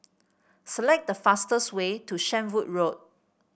select the fastest way to Shenvood Road